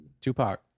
Tupac